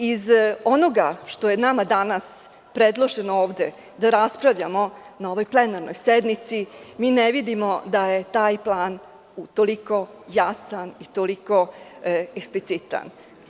Iz onoga što je nama danas predloženo ovde, da raspravljamo, na ovoj plenarnoj sednici, mi ne vidimo da je taj plan u toliko jasan i toliko eksplicitan.